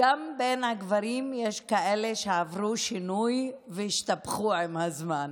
גם בין הגברים יש כאלה שעברו שינוי והשתבחו עם הזמן,